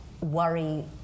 worry